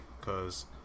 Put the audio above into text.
cause